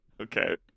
Okay